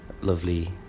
lovely